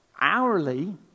Hourly